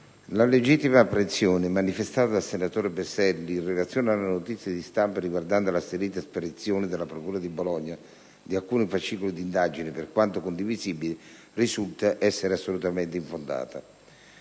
la legittima apprensione manifestata dal senatore Berselli in relazione alla notizia di stampa riguardante l'asserita sparizione dalla procura di Bologna di alcuni fascicoli di indagine, per quanto condivisibile, risulta essere assolutamente infondata.